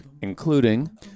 including